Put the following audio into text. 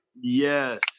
yes